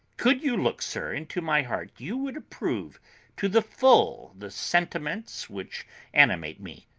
could you look, sir, into my heart, you would approve to the full the sentiments which animate me.